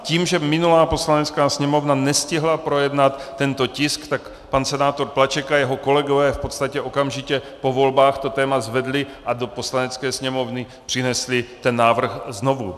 Tím, že minulá Poslanecká sněmovna nestihla projednat tento tisk, tak pan senátor Plaček a jeho kolegové v podstatě okamžitě po volbách to téma zvedli a do Poslanecké sněmovny přinesli ten návrh znovu.